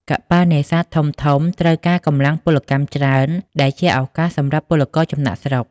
កប៉ាល់នេសាទធំៗត្រូវការកម្លាំងពលកម្មច្រើន ដែលជាឱកាសសម្រាប់ពលករចំណាកស្រុក។